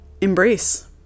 embrace